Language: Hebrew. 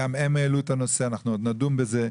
אנחנו עוד נדון בזה,